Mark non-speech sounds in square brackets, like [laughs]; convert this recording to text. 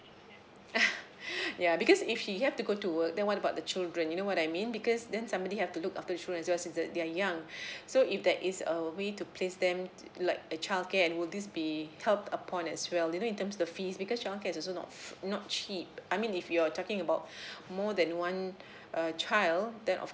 [laughs] yeah because if she have to go to work then what about the children you know what I mean because then somebody have to look after the children just since that they are young so if there is a way to place them like a childcare and would this be helped upon as well you know in terms of the fees because childcare is also not fr~ not cheap I mean if you're talking about more than one uh child then of